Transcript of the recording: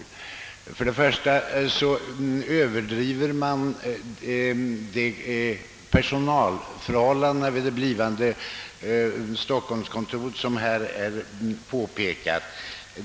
För det första överdriver man personalsvårigheterna i det blivande stockholmskontoret.